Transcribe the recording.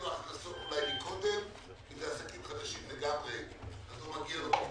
עוד אין לו הכנסות ואז לא מגיע לו פיצוי.